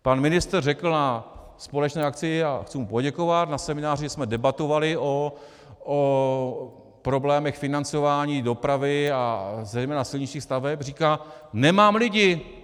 Pan ministr řekl na společné akci, a chci mu poděkovat, na semináři jsme debatovali o problémech financování dopravy a zejména silničních staveb, říká: Nemám lidi.